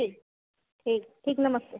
ठीक ठीक ठीक नमस्ते